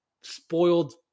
spoiled